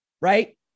right